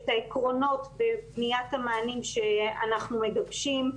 את העקרונות בבניית המענים שאנחנו מגבשים,